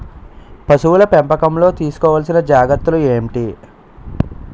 పశువుల పెంపకంలో తీసుకోవల్సిన జాగ్రత్త లు ఏంటి?